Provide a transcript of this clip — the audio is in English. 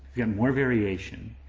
you have more variation,